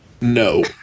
No